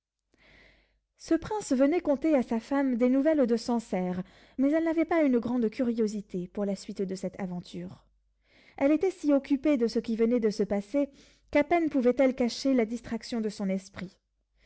ce prince venait conter à sa femme des nouvelles de sancerre mais elle n'avait pas une grande curiosité pour la suite de cette aventure elle était si occupée de ce qui se venait de passer qu'à peine pouvait-elle cacher la distraction de son esprit